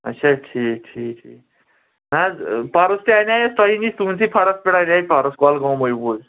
اَچھا ٹھیٖک ٹھیٖک ٹھیٖک نہ حظ پَرُس تہِ اَنے اَسہِ تۄہی نِش تُہٕنٛدۍ سی فَرَس پٮ۪ٹھ اَنے پَرُس کۄلگومٕے اوٗرۍ